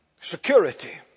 Security